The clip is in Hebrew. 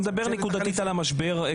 אתה מדבר נקודתית על משבר הקורונה.